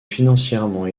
financièrement